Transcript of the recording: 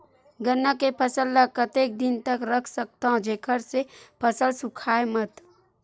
गन्ना के फसल ल कतेक दिन तक रख सकथव जेखर से फसल सूखाय मत?